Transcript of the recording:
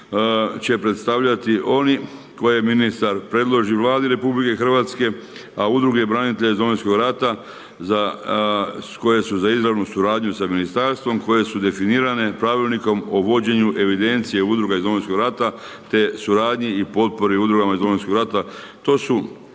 će predstavljati oni koje ministar predloži Vladi RH, a udruge branitelja iz Domovinskog rata koje su za izravnu suradnju sa Ministarstvom koje su definirane pravilnikom o vođenju evidencije udruga iz Domovinskog rata te suradnji i potpori udrugama iz Domovinskog rata.